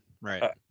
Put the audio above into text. right